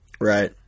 Right